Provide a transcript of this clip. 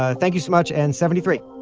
ah thank you so much. and seventy three